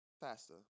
Faster